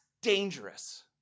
dangerous